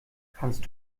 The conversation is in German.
kannst